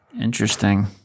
Interesting